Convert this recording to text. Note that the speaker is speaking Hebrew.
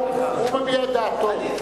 הוא מביע את דעתו.